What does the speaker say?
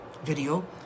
video